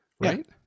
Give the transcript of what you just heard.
right